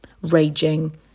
raging